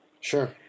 Sure